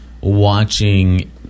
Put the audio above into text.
watching